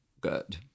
good